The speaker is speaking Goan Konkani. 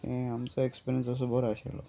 हें आमचो ऍक्सपियंस असो बरो आशिल्लो